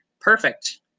perfect